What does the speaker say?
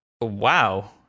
Wow